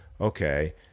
okay